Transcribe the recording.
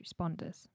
responders